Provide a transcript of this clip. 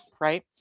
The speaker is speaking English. right